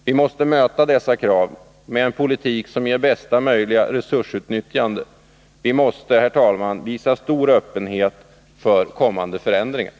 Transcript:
Vi måste möta dessa krav med en politik som ger bästa möjliga resursutnyttjande. Vi måste, herr talman, visa stor öppenhet för kommande förändringar.